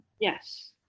Yes